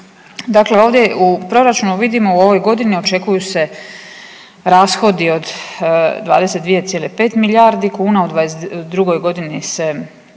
Dakle ovdje u Proračunu vidimo, u ovoj godini očekuju se rashodi od 22,5 milijardi kuna, u '22. g. se planira